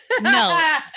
no